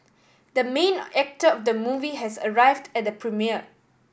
the main actor of the movie has arrived at the premiere